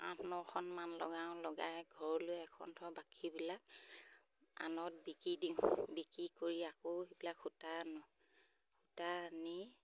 আঠ নখনমান লগাওঁ লগাই ঘৰলৈ এখন থওঁ বাকীবিলাক আনত বিকি দিওঁ বিকি কৰি আকৌ সেইবিলাক সূতা আনো সূতা আনি